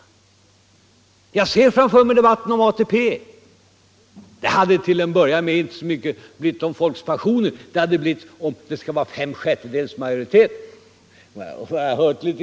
Eller jag ser framför mig debatten om ATP. Där hade det till en början 139 inte rört sig så mycket om människors pensioner, utan det hade blivit en debatt om huruvida det skulle vara fem sjättedels majoritet för beslutet eller inte.